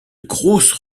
grosses